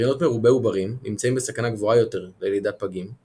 הריונות מרובי עוברים נמצאים בסכנה גבוהה יותר ללידת פגים.